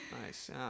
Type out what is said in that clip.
nice